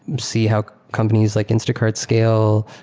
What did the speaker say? see how companies like instacart scale.